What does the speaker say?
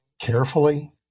carefully